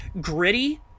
gritty